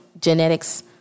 Genetics